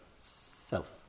self